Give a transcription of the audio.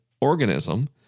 organism